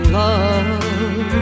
love